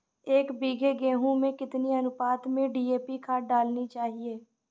एक बीघे गेहूँ में कितनी अनुपात में डी.ए.पी खाद डालनी चाहिए?